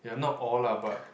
ya not all lah but